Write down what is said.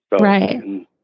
Right